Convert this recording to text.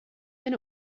then